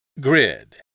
Grid